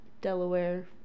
Delaware